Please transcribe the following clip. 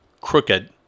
crooked